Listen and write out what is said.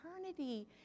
eternity